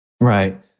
Right